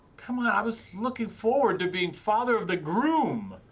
come on, i was looking forward to being father of the groom.